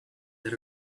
that